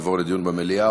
תעבורנה לדיון במליאה.